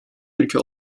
ülke